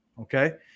okay